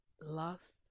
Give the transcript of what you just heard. last